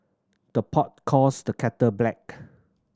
the pot calls the kettle black